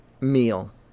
meal